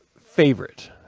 favorite